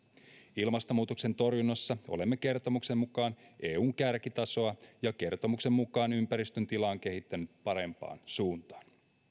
ilmastonmuutoksen torjunnassa olemme kertomuksen mukaan eun kärkitasoa ja kertomuksen mukaan ympäristön tila on kehittynyt parempaan suuntaan